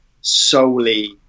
solely